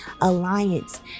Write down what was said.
alliance